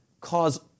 cause